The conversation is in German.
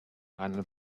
rheinland